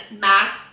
mask